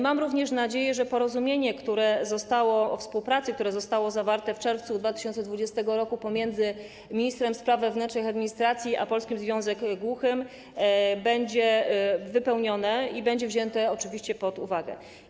Mam również nadzieję, że porozumienie o współpracy, które zostało zawarte w czerwcu 2020 r. pomiędzy ministrem spraw wewnętrznych i administracji a Polskim Związkiem Głuchych, będzie wypełnione i będzie wzięte oczywiście pod uwagę.